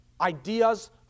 ideas